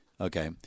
Okay